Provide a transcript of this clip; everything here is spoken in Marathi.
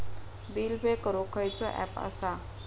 बिल पे करूक खैचो ऍप असा?